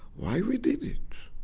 why we did it?